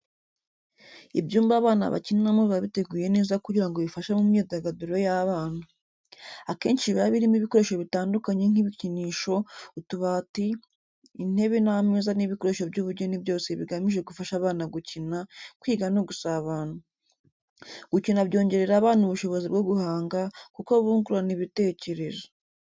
Ibyumba abana bakiniramo biba biteguye neza kugira ngo bifashe mu myidagaduro y'abana. Akenshi biba birimo ibikoresho bitandukanye nk’ibikinisho, utubati, intebe n'ameza n'ibikoresho by’ubugeni byose bigamije gufasha abana gukina, kwiga no gusabana. Gukina byongerera abana ubushobozi bwo guhanga, kuko bungurana ibitekerezo.